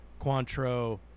Cointreau